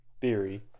theory